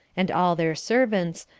and all their servants,